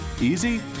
easy